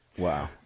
Wow